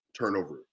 turnover